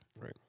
Right